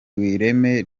ireme